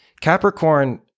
Capricorn